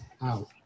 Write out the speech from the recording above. out